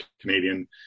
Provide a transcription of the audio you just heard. Canadian